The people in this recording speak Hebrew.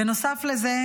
בנוסף לזה,